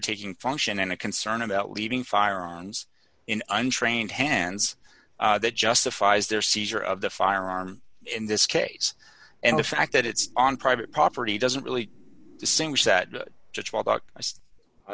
taking function and a concern about leaving firearms in untrained hands that justifies their seizure of the firearm in this case and the fact that it's on private property doesn't